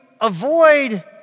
avoid